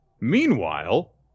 Meanwhile